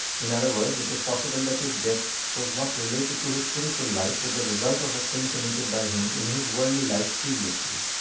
in other words, it is possible that his death was not related to his spiritual life but the result of a sin committed by him in his worldly life previously.